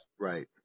Right